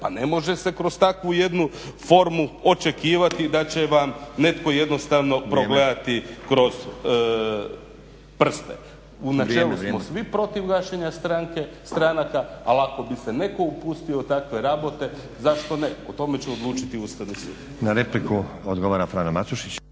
Pa ne može se kroz takvu jednu formu očekivati da će vam netko jednostavno progledati kroz prste. U načelu smo svi protiv gašenja stranaka, ali ako bi se netko upustio u takve rabote zašto ne? O tome će odlučiti Ustavni sud.